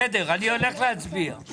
בסדר, אני הולך להצביע.